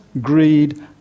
greed